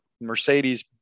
Mercedes